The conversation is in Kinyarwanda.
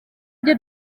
byo